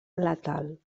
letal